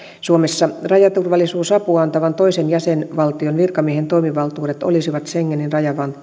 suomessa rajaturvallisuusapua antavan toisen jäsenvaltion virkamiehen toimivaltuudet olisivat schengenin